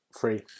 free